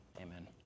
amen